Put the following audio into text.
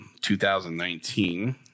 2019-